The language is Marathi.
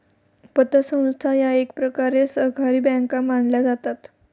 पतसंस्था या एकप्रकारे सहकारी बँका मानल्या जातात